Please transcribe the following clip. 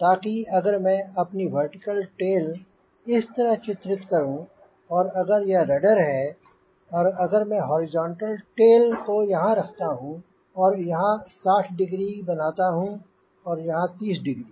ताकि अगर मैं अपनी वर्टिकल टेल इस तरह चित्रित करूँ और अगर यह रडर है और अगर मैं हॉरिजॉन्टल टेल को यहाँ रखता हूँ और यहाँ 60 डिग्री बनाता हूँ और यहाँ 30 डिग्री